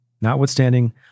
notwithstanding